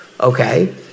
Okay